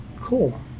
cool